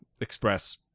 express